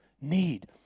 need